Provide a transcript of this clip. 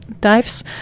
Dives